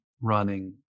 running